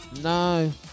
No